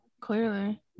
Clearly